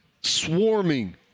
swarming